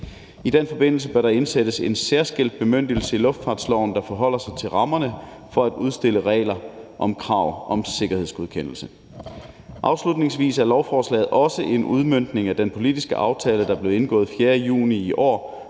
I den forbindelse bør der indsættes en særskilt bemyndigelse i luftfartsloven, der forholder sig til rammerne for at udstede regler om krav om sikkerhedsgodkendelse. Afslutningsvis er lovforslaget også en udmøntning af den politiske aftale, der blev indgået den 4. juni i år